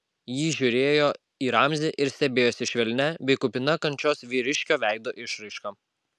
ji žiūrėjo į ramzį ir stebėjosi švelnia bei kupina kančios vyriškio veido išraiška